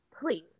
Please